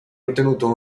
ottenuto